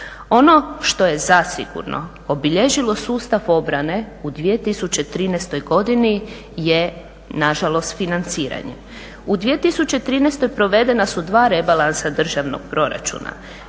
Ono što je zasigurno obilježilo sustav obrane u 2013.godini je nažalost financiranje. U 2013.provedena su dva rebalansa državnog proračuna,